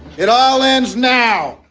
it all ends now.